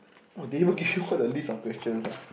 !wah! they even give you all the list of questions ah